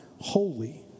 holy